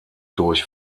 durch